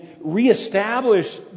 reestablish